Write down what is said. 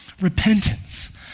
repentance—